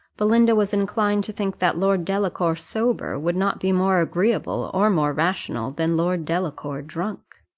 belinda was inclined to think that lord delacour sober would not be more agreeable or more rational than lord delacour drunk.